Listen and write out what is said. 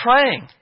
praying